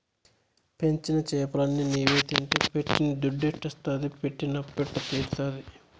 పెంచిన చేపలన్ని నీవే తింటే పెట్టిన దుద్దెట్టొస్తాది పెట్టిన అప్పెట్ట తీరతాది